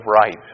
right